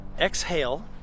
exhale